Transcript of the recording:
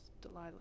Delilah